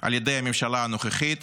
על ידי הממשלה הנוכחית,